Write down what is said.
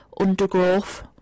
Undergrowth